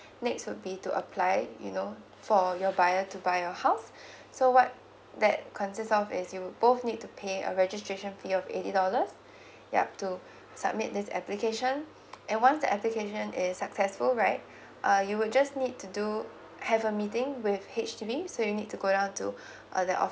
next would be to apply you know for your buyer to buy your house so what that consists of is you both need to pay a registration fee of eighty dollars yup to submit this application and once the application is successful right uh you would just need to do have a meeting with H_D_B so you need to go down to uh the